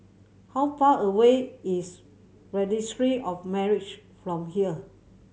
how far away is Registry of Marriages from here